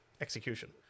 execution